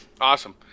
Awesome